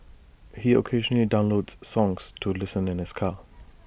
he occasionally downloads songs to listen in his car